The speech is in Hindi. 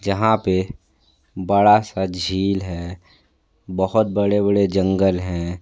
जहाँ पे बड़ा सा झील है बहुत बड़े बड़े जंगल हैं